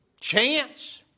Chance